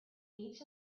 each